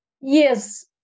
yes